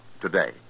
today